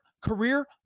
career